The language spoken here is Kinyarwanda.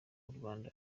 rwanda